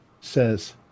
says